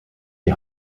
die